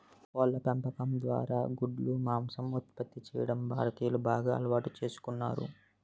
కోళ్ళ పెంపకం ద్వారా గుడ్లు, మాంసం ఉత్పత్తి చేయడం భారతీయులు బాగా అలవాటు చేసుకున్నారు